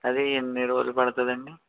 అదే ఎన్ని రోజులు పడుతుందండి